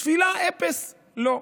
תפילה, אפעס, לא.